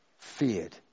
Feared